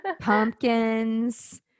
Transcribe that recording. Pumpkins